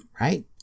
right